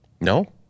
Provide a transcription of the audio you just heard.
No